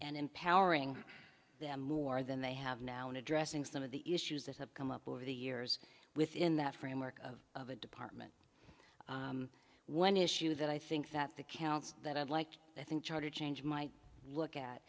and empowering them more than they have now in addressing some of the issues that have come up over the years within that framework of the department one issue that i think that the council that i'd like i think charter change might look at